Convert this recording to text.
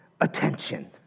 attention